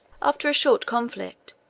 after a short conflict,